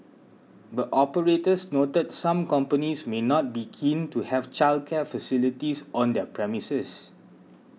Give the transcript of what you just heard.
but operators noted some companies may not be keen to have childcare facilities on their premises